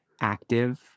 active